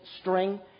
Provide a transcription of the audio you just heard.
string